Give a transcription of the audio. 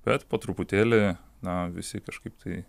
bet po truputėlį na visi kažkaip tai